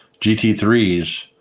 GT3s